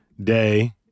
day